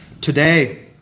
Today